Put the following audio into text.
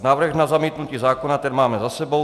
Návrh na zamítnutí zákona máme za sebou.